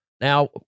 Now